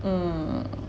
um